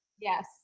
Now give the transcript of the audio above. Yes